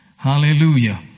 Hallelujah